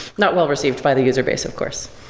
not well received by the user base of course.